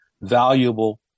valuable